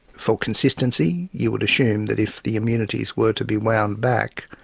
for consistency, you would assume that if the immunities were to be wound back,